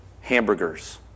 hamburgers